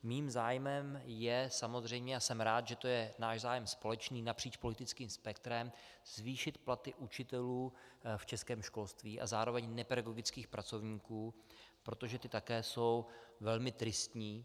Mým zájmem je a jsem rád, že to je náš zájem společný napříč politickým spektrem zvýšit platy učitelů v českém školství a zároveň nepedagogických pracovníků, protože ty také jsou velmi tristní.